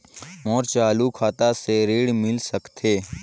मोर चालू खाता से ऋण मिल सकथे?